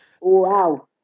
Wow